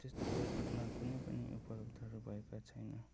त्यस्तो खेलकुदमा कुनै पनि उपलब्धहरू भएको छैन